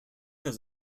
does